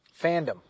fandom